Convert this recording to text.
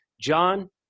John